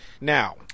Now